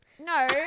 No